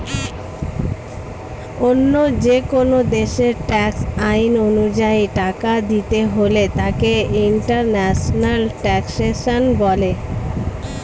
অন্য যেকোন দেশের ট্যাক্স আইন অনুযায়ী টাকা দিতে হলে তাকে ইন্টারন্যাশনাল ট্যাক্সেশন বলে